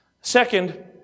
Second